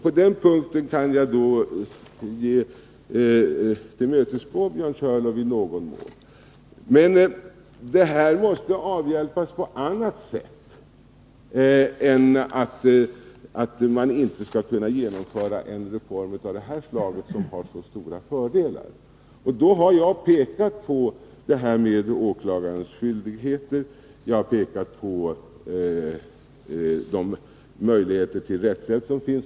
På den punkten kan jag tillmötesgå Björn Körlof i någon mån. Men detta måste avhjälpas på annat sätt än att man inte skall genomföra en reform av det slag som det här gäller och som har så stora fördelar. Jag har pekat på åklagarens skyldigheter samt på de möjligheter till rättshjälp som finns.